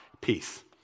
peace